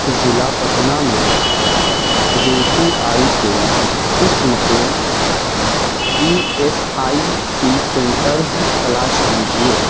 ضلع پٹنہ میں U T I کے قسم کے E S I C centres تلاش کیجیے